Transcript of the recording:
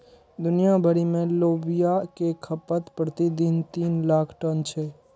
दुनिया भरि मे लोबिया के खपत प्रति दिन तीन लाख टन छै